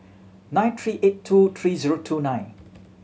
nine three eight two three zero two nine